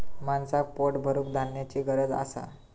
माणसाक पोट भरूक धान्याची गरज असा